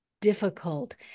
difficult